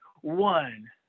one